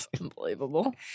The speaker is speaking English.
Unbelievable